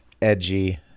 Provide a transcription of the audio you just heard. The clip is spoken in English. Edgy